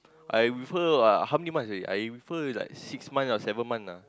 I with her ah how many months already I with her like six month or seven month ah